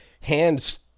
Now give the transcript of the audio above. Hand's